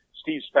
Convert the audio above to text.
Steve